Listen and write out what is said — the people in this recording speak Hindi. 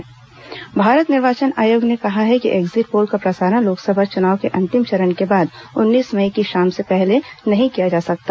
एक्जिट पोल प्रसारण भारत निर्वाचन आयोग ने कहा है कि एक्जिट पोल का प्रसारण लोकसभा चुनाव के अंतिम चरण के बाद उन्नीस मई की शाम से पहले नहीं किया जा सकता